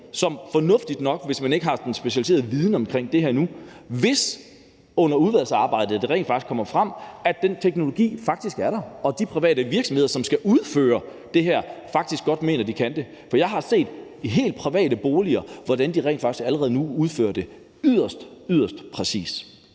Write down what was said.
som fornuftigt nok tøver, hvis man ikke har en specialiseret viden om det her nu, vil støtte det, hvis det under udvalgsarbejdet kommer frem, at den teknologi faktisk er der og de private virksomheder, som skal udføre det her, godt mener, at vi kan det. Jeg har set i helt private boliger, hvordan de rent faktisk allerede nu udfører det yderst, yderst præcist.